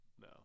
no